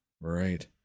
Right